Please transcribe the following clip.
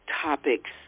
topics